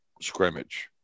scrimmage